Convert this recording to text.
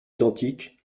identiques